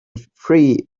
three